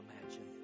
imagine